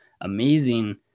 amazing